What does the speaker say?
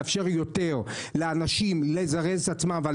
לאפשר לאנשים לזרז את עצמם יותר,